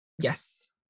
Yes